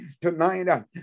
tonight